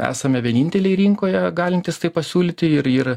esame vieninteliai rinkoje galintys tai pasiūlyti ir ir